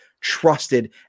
trusted